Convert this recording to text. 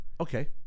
Okay